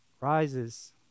rises